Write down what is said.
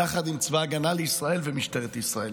יחד עם צבא ההגנה לישראל ומשטרת ישראל.